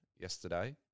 yesterday